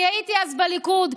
אני הייתי אז בליכוד.